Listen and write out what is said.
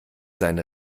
seine